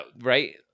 right